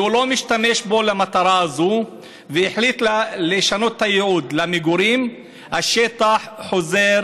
והוא לא משתמש בו למטרה זו והחליט לשנות את הייעוד למגורים השטח חוזר